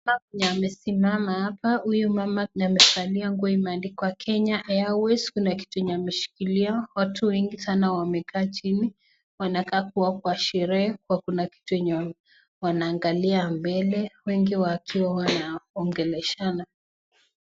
Huyu hapa ni amesimama hapa. Huyu mama ni amevalia nguo imeandikwa Kenya Airways . Kuna kitu yenye ameshikilia. Watu wengi sana wamekaa chini. Wanakaa kuwa kwa sherehe. Kuna kitu yenye wanaangalia mbele. Wengi wakiwa wanaongeleshana.